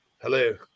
hello